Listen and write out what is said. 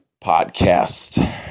podcast